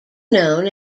known